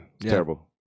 Terrible